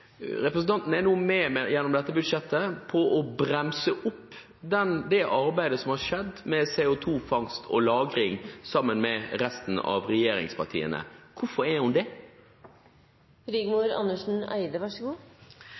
Representanten er gjennom dette budsjettet nå med på å bremse opp det arbeidet som har skjedd med CO2-fangst og -lagring, sammen med resten av regjeringspartiene. Hvorfor er hun det? Når det gjelder CO2-fangst, så